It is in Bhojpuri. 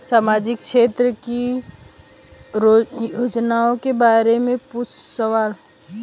सामाजिक क्षेत्र की योजनाए के बारे में पूछ सवाल?